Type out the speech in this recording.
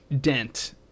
dent